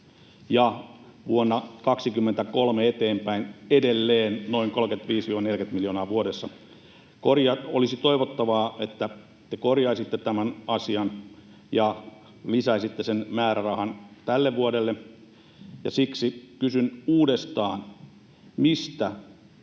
ja vuodesta 23 eteenpäin edelleen noin 30—40 miljoonaa vuodessa. Olisi toivottavaa, että te korjaisitte tämän asian ja lisäisitte sen määrärahan tälle vuodelle, ja siksi kysyn uudestaan: mistä